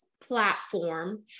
platform